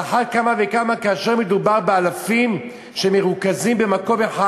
על אחת כמה וכמה כאשר מדובר באלפים שמרוכזים במקום אחד,